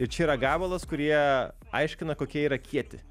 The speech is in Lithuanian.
ir čia yra gabalas kur jie aiškina kokie yra kieti